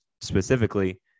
specifically